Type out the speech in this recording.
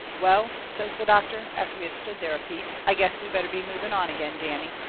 well, says the doctor, after we had stood there a piece, i guess we better be moving on again, danny.